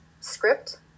script